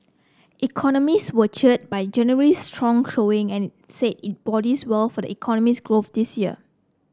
economists were cheered by January's strong showing and said it bodes well for the economy's growth this year